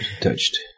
Touched